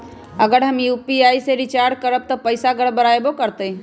अगर हम यू.पी.आई से रिचार्ज करबै त पैसा गड़बड़ाई वो करतई?